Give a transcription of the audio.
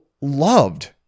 loved